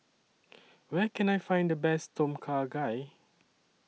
Where Can I Find The Best Tom Kha Gai